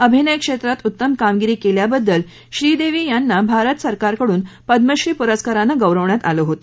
अभिनय क्षेत्रात उत्तम कामगिरी केल्याबद्दल श्रीदेवी यांनी भारत सरकारकडून पद्यश्री या पुरस्काराने गौरविण्यात आले होते